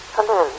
Hello